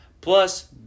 plus